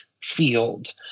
field